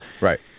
right